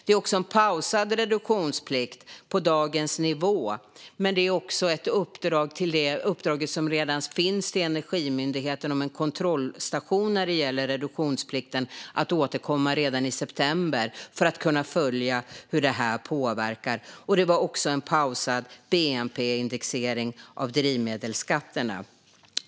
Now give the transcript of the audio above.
Det blir också en pausad reduktionsplikt på dagens nivå och ett uppdrag, utöver det uppdrag som redan finns till Energimyndigheten om en kontrollstation när det gäller reduktionsplikten, att återkomma redan i september för att kunna följa hur påverkan blir. Det blir också en pausad bnp-indexering av drivmedelsskatterna.